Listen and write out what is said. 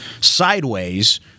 sideways